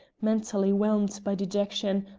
mentally whelmed by dejection,